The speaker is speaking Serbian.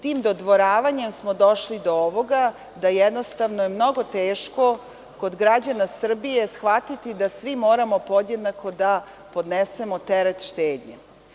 Tim dodvoravanjem smo došli do ovoga da jednostavno je mnogo teško kod građana Srbije shvatiti da svi moramo podjednako da podnesemo teret štednje.